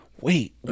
wait